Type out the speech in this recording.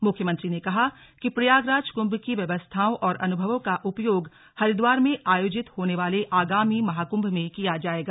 मुख्यमंत्री ने कहा कि प्रयागराज कुंभ की व्यवस्थाओं और अनुभवों का उपयोग हरिद्वार में आयोजित होने वाले आगामी महाक्भ में किया जायेगा